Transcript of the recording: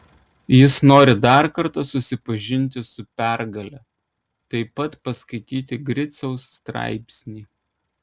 jis nori dar kartą susipažinti su pergale taip pat paskaityti griciaus straipsnį